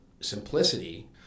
simplicity